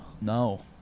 No